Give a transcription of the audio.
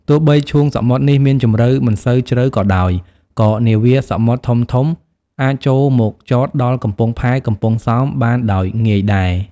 ទោះបីឈូងសមុទ្រនេះមានជំរៅមិនសូវជ្រៅក៏ដោយ ក៏នាវាសមុទ្រធំៗ អាចចូលមកចតដល់កំពង់ផែកំពង់សោមបានដោយងាយដែរ ។